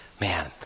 man